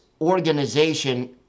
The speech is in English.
organization